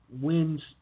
wins